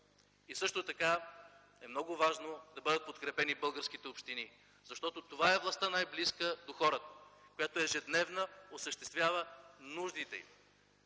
и също така е много важно да бъдат подкрепени българските общини. Защото това е властта най-близо до хората, която ежедневно осъществява нуждите им